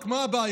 רק מה הבעיה?